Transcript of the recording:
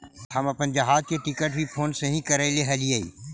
हम अपन जहाज के टिकट भी फोन से ही करैले हलीअइ